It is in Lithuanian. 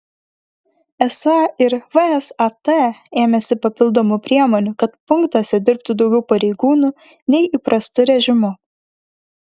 esą ir vsat ėmėsi papildomų priemonių kad punktuose dirbtų daugiau pareigūnų nei įprastu režimu